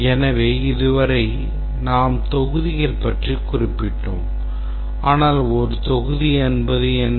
எனவே இதுவரை நாம் தொகுதிகள் பற்றி குறிப்பிட்டோம் ஆனால் ஒரு தொகுதி என்பது என்ன